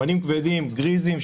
גריזים,